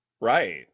Right